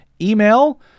Email